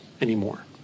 anymore